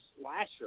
slasher